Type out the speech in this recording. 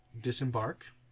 disembark